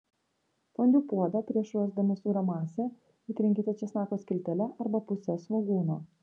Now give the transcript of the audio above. fondiu puodą prieš ruošdami sūrio masę įtrinkite česnako skiltele arba puse svogūno